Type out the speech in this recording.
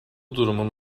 durumun